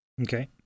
Okay